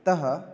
अतः